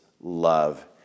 love